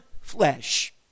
flesh